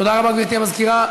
תודה רבה, גברתי המזכירה.